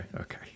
okay